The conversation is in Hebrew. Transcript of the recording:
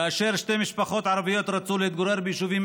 כאשר שתי משפחות ערביות רצו להתגורר ביישובים